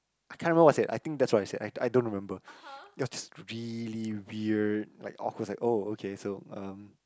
I can't remember what I said I think that's what I said I I don't remember it was this really weird like awkward it's like oh okay so um